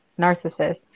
narcissist